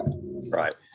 Right